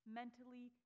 mentally